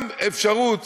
גם אפשרות